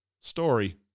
story